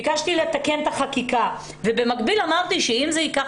ביקשתי לתקן את החקיקה ובמקביל אמרתי שאם זה ייקח